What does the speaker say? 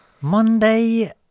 Monday